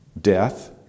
death